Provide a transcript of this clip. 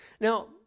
Now